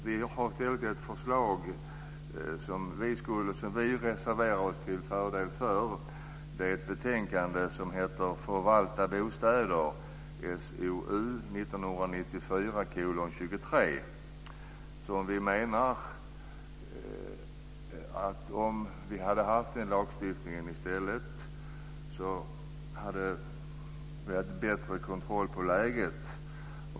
Vi har lagt fram ett förslag som vi reserverar oss till förmån för. Om man hade haft den lagstiftning som föreslås i betänkandet Förvalta bostäder, SOU 1994:23, skulle man ha haft bättre kontroll över läget.